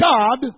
God